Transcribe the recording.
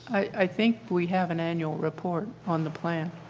i think we have an annual report on the plan,